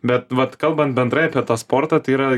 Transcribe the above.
bet vat kalbant bendrai apie tą sportą tai yra